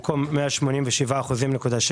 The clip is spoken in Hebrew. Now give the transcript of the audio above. במקום "187.6%"